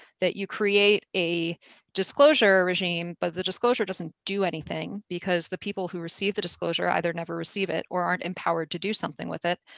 that you create a disclosure regime but the disclosure doesn't do anything because the people who receive the disclosure either never receive it or aren't empowered to do something with it.